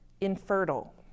infertile